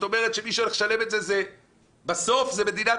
זאת אומרת שמי שהולך לשלם בסוף זה מדינת